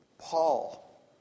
Paul